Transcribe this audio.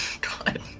God